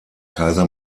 kaiser